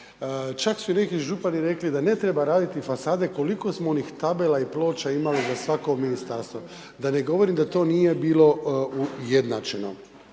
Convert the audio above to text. čak su i neki župani rekli da ne treba raditi fasade koliko smo onih tabela i ploča imali za svako ministarstvo. Da ne govorim da to nije bilo ujednačeno.